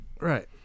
Right